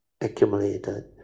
accumulated